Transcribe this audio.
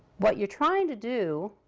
what you're trying to do